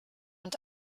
und